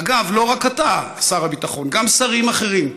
אגב, לא רק אתה, שר הביטחון, גם שרים אחרים.